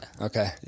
Okay